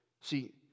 See